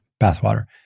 bathwater